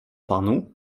panu